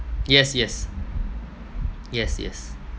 yes yes yes yes